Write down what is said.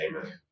Amen